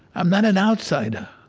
i'm not an outsider.